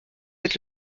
êtes